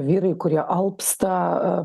vyrai kurie alpsta